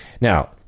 Now